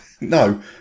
No